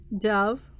Dove